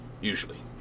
usually